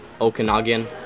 Okanagan